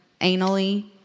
anally